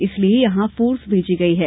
इसलिए वहां फोर्स भेजी गई है